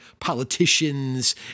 politicians